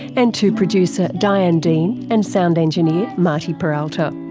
and to producer diane dean and sound engineer marty peralta.